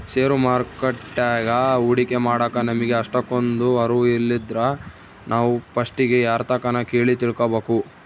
ಷೇರು ಮಾರುಕಟ್ಯಾಗ ಹೂಡಿಕೆ ಮಾಡಾಕ ನಮಿಗೆ ಅಷ್ಟಕೊಂದು ಅರುವು ಇಲ್ಲಿದ್ರ ನಾವು ಪಸ್ಟಿಗೆ ಯಾರ್ತಕನ ಕೇಳಿ ತಿಳ್ಕಬಕು